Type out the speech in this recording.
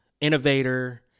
innovator